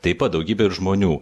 taip pat daugybė ir žmonių